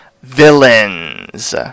villains